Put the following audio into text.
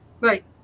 right